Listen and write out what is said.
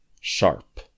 sharp